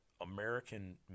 American